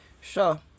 Sure